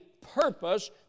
purpose